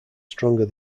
stronger